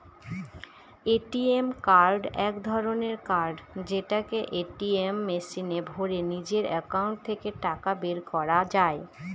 ATM card এক ধরনের card যেটাকে এটিএম মেশিনে ভোরে নিজের একাউন্ট থেকে টাকা বের করা যায়